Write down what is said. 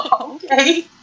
Okay